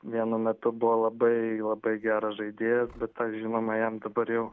vienu metu buvo labai labai geras žaidėjas bet žinoma dabar jau daug pakankamai